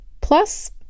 plus